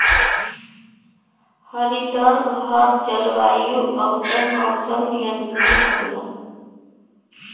हरितघर जलवायु आउर मौसम नियंत्रित होला